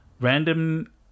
random